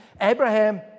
Abraham